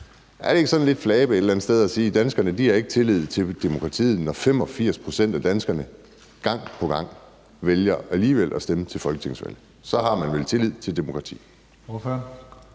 andet sted sådan lidt flabet at sige, at danskerne ikke har tillid til demokratiet, når 85 pct. af danskerne gang på gang alligevel vælger at stemme til folketingsvalget? Så har man vel tillid til demokratiet.